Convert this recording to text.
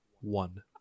One